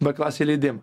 beklasį leidimą